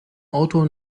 auto